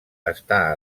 està